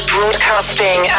Broadcasting